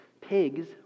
pigs